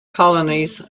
colonies